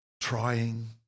trying